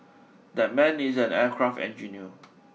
that man is an aircraft engineer